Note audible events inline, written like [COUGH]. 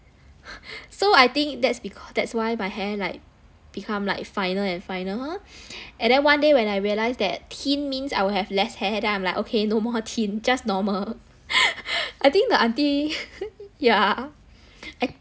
[BREATH] so I think that's because that's why my hair like become like finer and finer and then one day when I realised that thin means that I will have less hair then I'm like okay no more thin just normal [LAUGHS] I think the auntie yeah